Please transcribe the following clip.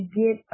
get